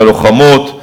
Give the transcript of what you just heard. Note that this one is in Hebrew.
ללוחמות,